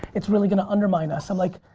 it's really gonna undermine us. i'm like,